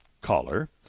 caller